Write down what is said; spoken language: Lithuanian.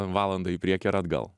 valandą į priekį ar atgal